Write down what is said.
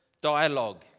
dialogue